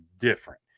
different